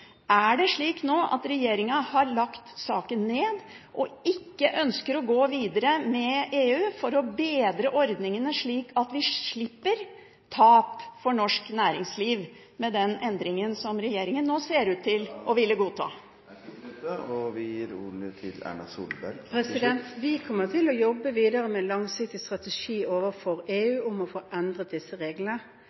Er det nå slik at regjeringen har lagt saken ned og ikke ønsker å gå videre med EU for å bedre ordningene, slik at vi slipper tap for norsk næringsliv – med den endringen som regjeringen nå ser ut til å ville godta? Vi kommer til å jobbe videre med langsiktig strategi overfor EU om å få endret disse reglene,